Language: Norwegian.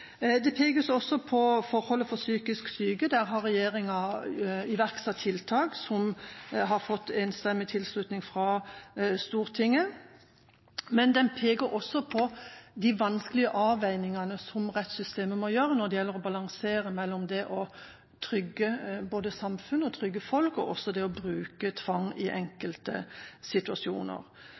Det pekes også på forholdene for psykisk syke. Der har regjeringa iverksatt tiltak som har fått enstemmig tilslutning fra Stortinget. Men det pekes også på de vanskelige avveiningene som rettssystemet må gjøre for å balansere mellom det å trygge både samfunn og folk og det å bruke tvang i enkelte situasjoner.